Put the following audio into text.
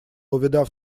увидав